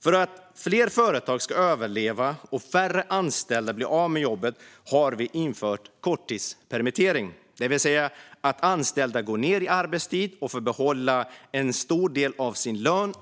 För att fler företag ska överleva och färre anställda ska bli av med jobbet har vi infört korttidspermittering, det vill säga att anställda går ned i arbetstid under en period och får behålla en stor del av sin lön